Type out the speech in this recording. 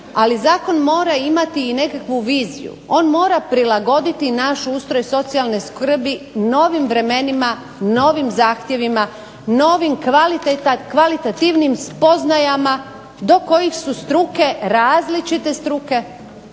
ali zakon mora imati i nekakvu viziju. On mora prilagoditi naš ustroj socijalne skrbi novim vremenima, novih zahtjevima, novim kvalitativnim spoznajama do kojih su struke, različite struke